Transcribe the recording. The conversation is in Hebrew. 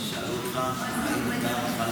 שאלו אותך אם אתה מוכן